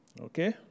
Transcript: Okay